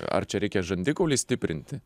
ar čia reikia žandikaulį stiprinti